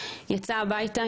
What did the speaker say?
יצאה הביתה,